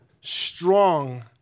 strong